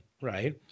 Right